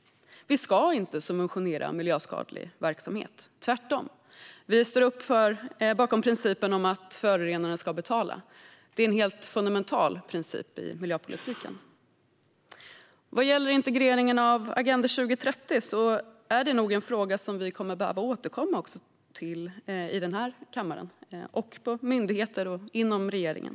Vi ska inte subventionera miljöskadlig verksamhet - tvärtom. Vi står bakom principen att förorenaren ska betala. Det är en helt fundamental princip i miljöpolitiken. Integreringen av Agenda 2030 är nog en fråga som vi kommer att behöva återkomma till i kammaren, på myndigheter och inom regeringen.